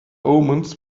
omens